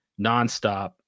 nonstop